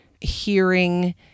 hearing